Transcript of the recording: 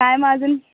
काय मग अजून